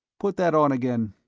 put that on again.